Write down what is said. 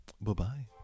Bye-bye